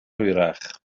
hwyrach